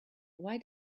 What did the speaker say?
why